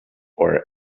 our